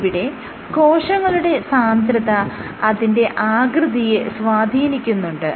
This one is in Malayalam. ഇവിടെ കോശങ്ങളുടെ സാന്ദ്രത അതിന്റെ ആകൃതിയെ സ്വാധീനിക്കുന്നുണ്ട്